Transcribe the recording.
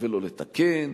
ולא לתקן